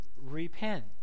repent